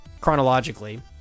chronologically